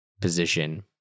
position